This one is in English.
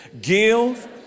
Give